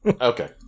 Okay